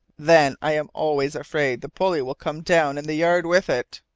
then i am always afraid the pulley will come down and the yard with it.